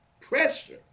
pressure